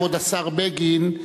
כבוד השר בגין,